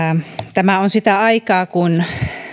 tämä on sitä aikaa kun